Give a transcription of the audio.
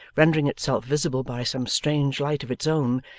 rendering itself visible by some strange light of its own,